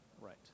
right